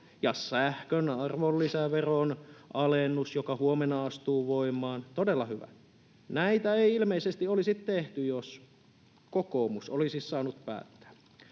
ja sähkön arvonlisäveron alennus, joka huomenna astuu voimaan — todella hyvä. Näitä ei ilmeisesti olisi tehty, jos kokoomus olisi saanut päättää.